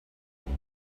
boy